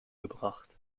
gebracht